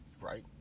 Right